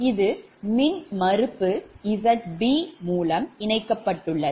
இது மின்மறுப்பு Zb மூலம் இணைக்கப்பட்டுள்ளது